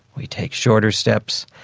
we take shorter steps,